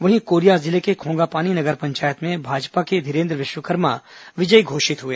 वहीं कोरिया जिले के खोगापानी नगर पंचायत में भाजपा के धीरेन्द्र विश्वकर्मा विजयी घोषित हुए